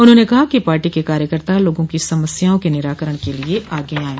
उन्होंने कहा कि पार्टी के कार्यकर्ता लोगों की समस्याओं के निराकरण के लिए आगे आये